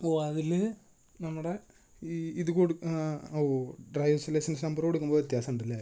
ഓ അതിൽ നമ്മുടെ ഈ ഇത് കൊട് ഓ ഡ്രൈവ് ലൈസൻസ് നമ്പറ് കൊടുക്കുമ്പോൾ വ്യത്യാസം ഉണ്ട് അല്ലെ